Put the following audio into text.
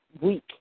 week